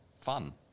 fun